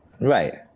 Right